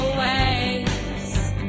waves